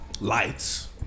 Lights